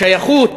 בשייכות.